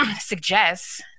suggests